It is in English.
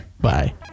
Bye